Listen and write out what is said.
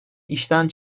işten